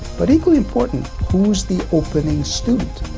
but equally important, who's the opening student?